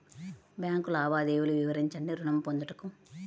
Bank లావాదేవీలు వివరించండి ఋణము పొందుటకు?